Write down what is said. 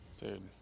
dude